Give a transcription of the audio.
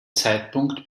zeitpunkt